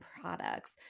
products